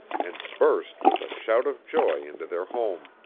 and burst with a shout of joy into their home.